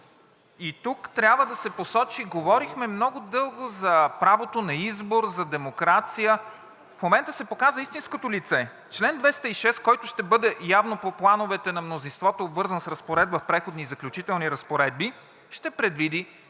и тук трябва да се посочи, говорихме много дълго за правото на избор, за демокрация. В момента се показа истинското лице – чл. 206, който ще бъде явно по плановете на мнозинството, обвързан с разпоредба в Преходни и заключителни разпоредби, ще предвиди,